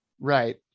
Right